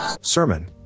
Sermon